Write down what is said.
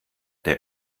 der